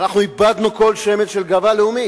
אנחנו איבדנו כל שמץ של גאווה לאומית,